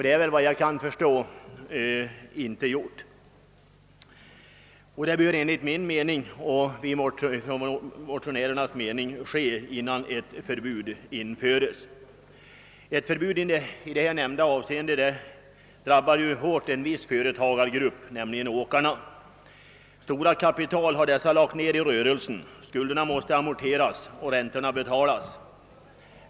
Efter vad jag kan förstå har man inte gjort det. Detta bör enligt motionärernas mening ske innan ett förbud införes. Ett förbud i nämnda avseende drabbar hårt en viss företagargrupp, nämligen åkarna. De har lagt ned stora kapital i sina rörelser. Skulderna måste amorteras och räntorna betalas.